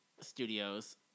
studios